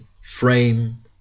frame